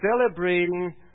celebrating